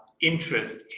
interest